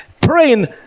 praying